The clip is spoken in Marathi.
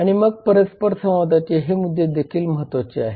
आणि मग परस्परसंवादाचे हे मुद्दे देखील महत्त्वाचे आहेत